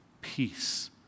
peace